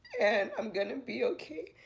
and i'm gonna be okay.